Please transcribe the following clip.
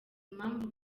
impamvu